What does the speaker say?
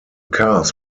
cars